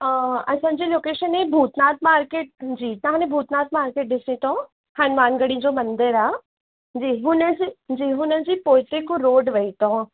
असांजी लोकेशन इहे भूतनाथ मार्केट जी तव्हां ने भूतनाथ मार्केट ॾिसी अथव हनुमान गढ़ी जो मंदर आहे जी हुन जे जी हुन जे पोइते हिकु रोड वई अथव